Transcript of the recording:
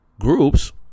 Groups